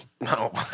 No